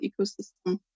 ecosystem